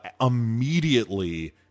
immediately